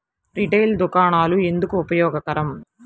Retail దుకాణాలు ఎందుకు ఉపయోగకరం?